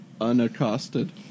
unaccosted